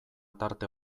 tarte